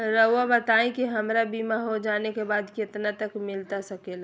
रहुआ बताइए कि हमारा बीमा हो जाने के बाद कितना तक मिलता सके ला?